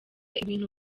ibintu